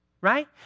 right